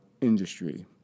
industry